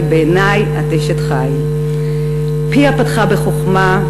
כי בעיני את אשת חיל: "פיה פתחה בחכמה,